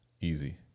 easy